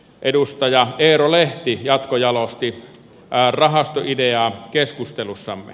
edustaja eero lehti jatkojalosti rahastoideaa keskustelussamme